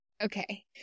okay